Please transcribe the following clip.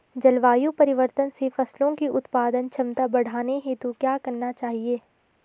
जलवायु परिवर्तन से फसलों की उत्पादन क्षमता बढ़ाने हेतु क्या क्या करना चाहिए?